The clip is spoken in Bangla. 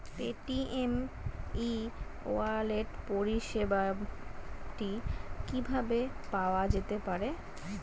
পেটিএম ই ওয়ালেট পরিষেবাটি কিভাবে পাওয়া যেতে পারে?